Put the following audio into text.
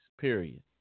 period